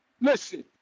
Listen